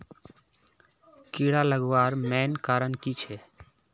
कीड़ा लगवार मेन कारण की छे?